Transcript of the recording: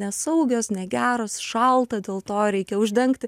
nesaugios negeros šalta dėl to reikia uždengti